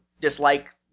dislike